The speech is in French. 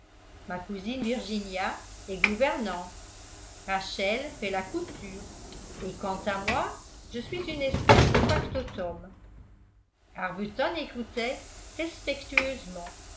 ma cousine virginia est gouvernante rachel fait la couture et quant à moi je suis une espèce de factotum arbuton écoutait respectueusement